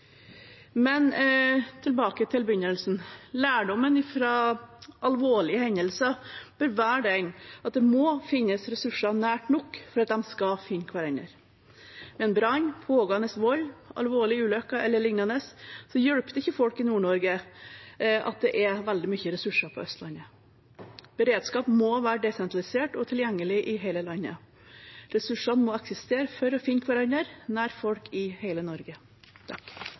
Men tilbake til begynnelsen. Lærdommen av alvorlige hendelser bør være at det må finnes ressurser nær nok til at de skal kunne finne hverandre. Ved brann, pågående vold, alvorlige ulykker eller lignende hjelper det ikke folk i Nord-Norge at det er veldig mye ressurser på Østlandet. Beredskap må være desentralisert og tilgjengelig i hele landet. Ressursene må eksistere for å finne hverandre nær folk i hele Norge.